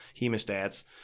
hemostats